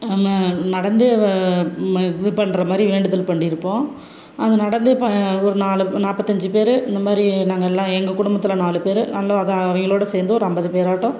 நம்ம நடந்து இது பண்ணுற மாதிரி வேண்டுதல் பண்ணிருப்போம் அது நடந்து இப்போ ஒரு நாலு நாற்பத்தஞ்சி பேர் இந்த மாதிரி நாங்கெல்லாம் எங்கள் குடும்பத்தில் நாலு பேர் நல்லா அதான் அவங்களோட சேர்ந்து ஒரு ஐம்பது பேராகட்டும்